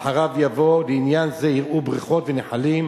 ואחריו יבוא: לעניין זה יראו בריכות ונחלים